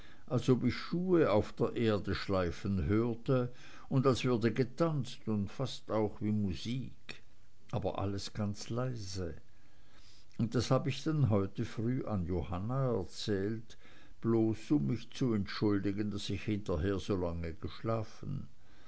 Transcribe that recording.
ob ich schuhe auf der erde schleifen hörte und als würde getanzt und fast auch wie musik aber alles ganz leise und das hab ich dann heute früh an johanna erzählt bloß um mich zu entschuldigen daß ich hinterher so lange geschlafen